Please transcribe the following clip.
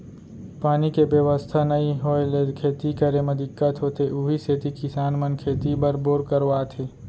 पानी के बेवस्था नइ होय ले खेती करे म दिक्कत होथे उही सेती किसान मन खेती बर बोर करवात हे